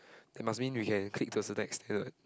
that must mean we can click to a certain extent what